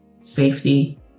safety